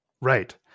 Right